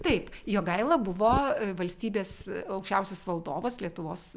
taip jogaila buvo valstybės aukščiausias valdovas lietuvos